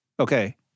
Okay